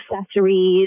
accessories